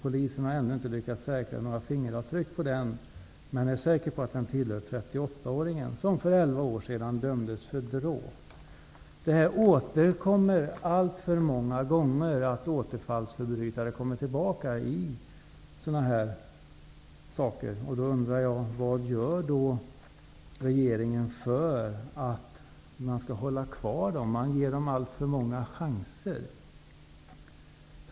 Polisen har ännu inte lyckats säkra några fingeravtryck på den men är säker på att den tillhör Det förekommer alltför många gånger att återfallsförbrytare kommer tillbaka i sådana här situationer. Jag undrar vad regeringen gör för att hålla kvar dem i fängelse. Man ger dem för många chanser.